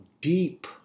deep